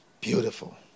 Beautiful